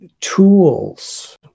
tools